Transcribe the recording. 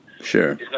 Sure